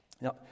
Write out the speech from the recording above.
Now